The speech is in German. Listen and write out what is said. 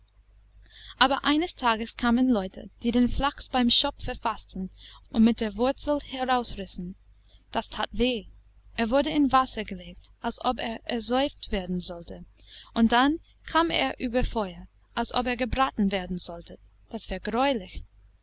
aber eines tages kamen leute die den flachs beim schopfe faßten und mit der wurzel herausrissen das that weh er wurde in wasser gelegt als ob er ersäuft werden sollte und dann kam er über feuer als ob er gebraten werden sollte das war greulich